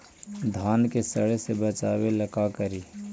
धान के सड़े से बचाबे ला का करि?